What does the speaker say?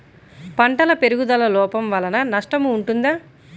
పంటల పెరుగుదల లోపం వలన నష్టము ఉంటుందా?